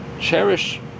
cherish